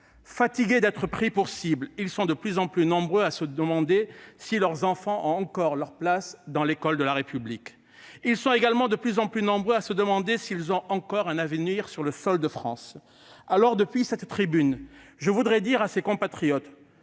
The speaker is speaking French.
Fatigués d'être pris pour cibles, ils sont de plus en plus nombreux à se demander si leurs enfants ont encore leur place dans l'école de République. Ils sont également de plus en plus nombreux à se demander s'ils ont encore un avenir sur le sol de France. Alors, depuis cette tribune, je voudrais dire à ces compatriotes